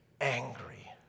angry